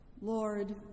Lord